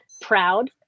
proud